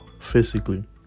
physically